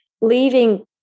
leaving